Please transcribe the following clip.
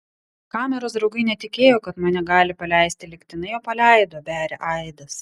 kameros draugai netikėjo kad mane gali paleisti lygtinai o paleido beria aidas